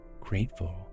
grateful